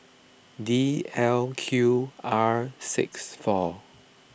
D L Q R six four